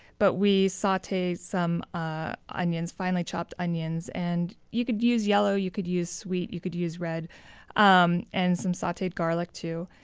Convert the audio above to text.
but we saute some ah onions, finely chopped onions and you could use yellow, you could use sweet, you could use red um and some sauteed garlic too.